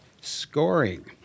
scoring